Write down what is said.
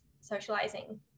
socializing